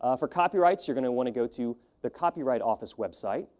um for copyrights, you're going to want to go to the copyright office website,